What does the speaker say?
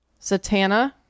satana